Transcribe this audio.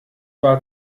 war